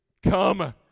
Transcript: Come